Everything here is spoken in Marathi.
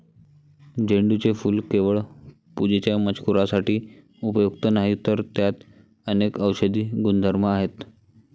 झेंडूचे फूल केवळ पूजेच्या मजकुरासाठी उपयुक्त नाही, तर त्यात अनेक औषधी गुणधर्म आहेत